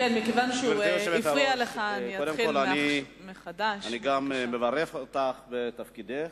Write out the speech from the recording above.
גברתי היושבת-ראש, אני גם מברך אותך על תפקידך.